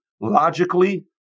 logically